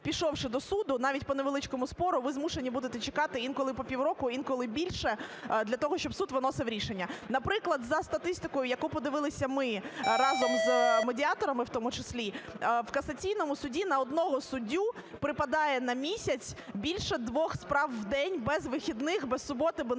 пішовши до суду навіть по невеличкому спору, ви змушені будете чекати інколи по півроку, інколи більше для того, щоб суд виносив рішення. Наприклад, за статистикою, яку подивилися ми разом з медіаторами, в тому числі, в касаційному суді на одного суддю припадає на місяць більше двох справ в день без вихідних, без суботи, без